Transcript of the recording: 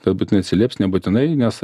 kad būtinai atsilieps nebūtinai nes